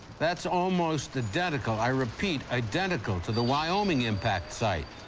that's almost identical i repeat, identical to the wyoming impact site.